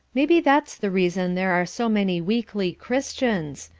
maybe that's the reason there are so many weakly christians.